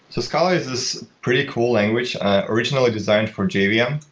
so scala is this pretty cool language originally designed for jvm. yeah